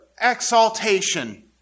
exaltation